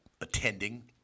attending